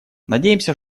надеемся